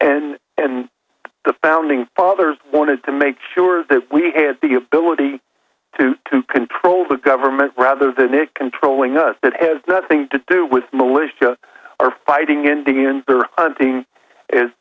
and and the founding fathers wanted to make sure that we had the ability to to control the government rather than it controlling us that has nothing to do with militia or fighting